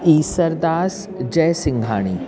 Isardas Jaisinghani